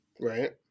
Right